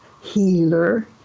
healer